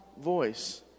voice